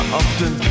often